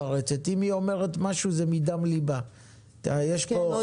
השר לפיתוח הפריפריה, הנגב והגליל עודד